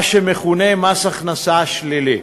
מה שמכונה מס הכנסה שלילי.